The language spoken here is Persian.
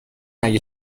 اگه